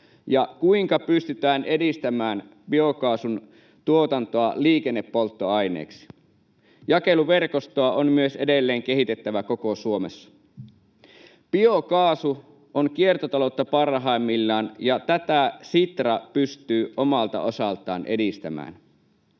kuinka pystytään edistämään biokaasun tuotantoa liikennepolttoaineeksi. Myös jakeluverkostoa on edelleen kehitettävä koko Suomessa. Biokaasu on kiertotaloutta parhaimmillaan, ja tätä Sitra pystyy omalta osaltaan edistämään.